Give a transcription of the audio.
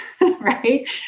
right